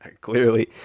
clearly